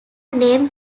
name